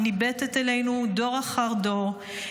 היא ניבטת אלינו דור אחר דור,